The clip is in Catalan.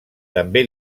també